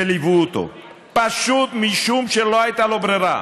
שליווה אותו פשוט משום שלא הייתה לו ברירה,